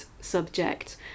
subject